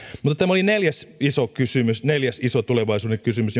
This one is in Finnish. mutta tämä oli neljäs iso kysymys neljäs iso tulevaisuuden kysymys